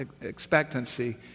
expectancy